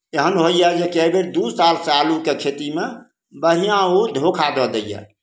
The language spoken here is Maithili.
एहन होइए जे कए बेर दू सालसँ आलूके खेतीमे बढ़िआँ ओ धोखा दऽ दैए